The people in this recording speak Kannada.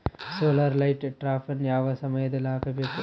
ಸೋಲಾರ್ ಲೈಟ್ ಟ್ರಾಪನ್ನು ಯಾವ ಸಮಯದಲ್ಲಿ ಹಾಕಬೇಕು?